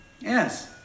Yes